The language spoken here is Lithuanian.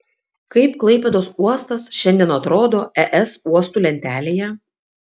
kaip klaipėdos uostas šiandien atrodo es uostų lentelėje